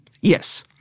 Yes